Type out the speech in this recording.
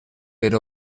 per